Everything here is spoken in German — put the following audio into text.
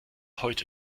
heute